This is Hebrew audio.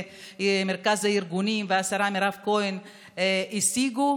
מרכז הארגונים והשרה מירב כהן השיגו,